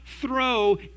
throw